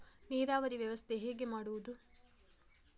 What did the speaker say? ನೀರಾವರಿ ವ್ಯವಸ್ಥೆ ಹೇಗೆ ಮಾಡುವುದು?